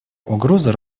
угроза